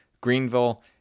Greenville